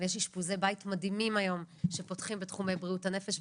ויש אשפוזי בית מדהימים היום שפותחים היום בתחומי בריאות הנפש,